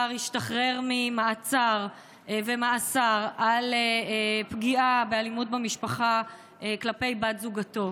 השתחרר ממעצר ומאסר על פגיעה ואלימות במשפחה כלפי בת זוגו.